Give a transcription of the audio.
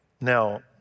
Now